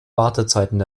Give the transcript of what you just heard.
wartezeiten